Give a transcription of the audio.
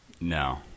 no